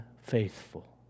Faithful